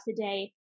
today